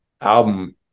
album